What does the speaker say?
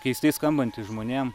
keistai skambanti žmonėm